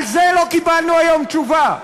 על זה לא קיבלנו היום תשובה.